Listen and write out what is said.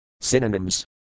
Synonyms